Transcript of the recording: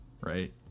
right